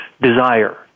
desire